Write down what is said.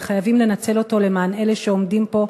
וחייבים לנצל אותו למען אלה שעומדים פה,